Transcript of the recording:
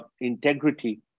integrity